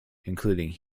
including